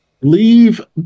Leave